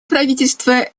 правительство